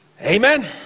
Amen